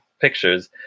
pictures